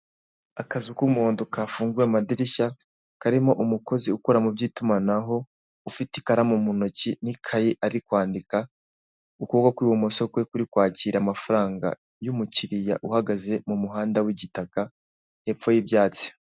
Akazu k'umuhondo kafunguwe amadirishya, karimo umukozi ukora mu by'itumanaho ufite ikaramu mu ntoki n'ikaye ari kwandika, ukaboko kw'i bumoso kwe kuri kwakira amafaranga y' umukiriya uhagaze mu muhanda w'igitaka epfo y' ibyatsi.